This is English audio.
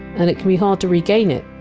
and it can be hard to regain it,